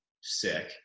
sick